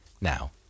Now